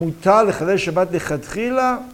‫מותר לחלל שבת לכתחילה.